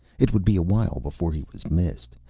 it would be awhile before he was missed.